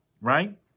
right